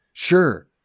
Sure